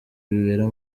bibera